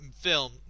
film